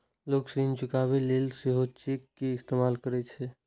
लोग ऋण चुकाबै लेल सेहो चेक के इस्तेमाल करै छै